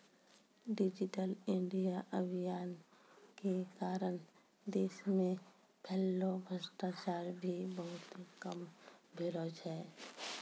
digital India अभियान के कारण देश मे फैल्लो भ्रष्टाचार भी बहुते कम भेलो छै